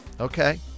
Okay